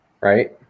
Right